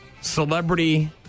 celebrity